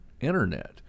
internet